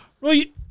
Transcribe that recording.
Right